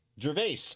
Gervais